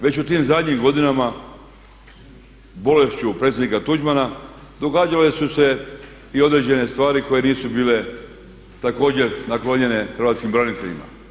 Već u tim zadnjim godinama bolešću predsjednika Tuđmana događale su se i određene stvari koje nisu bile također naklonjene hrvatskim braniteljima.